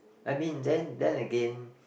I mean then then again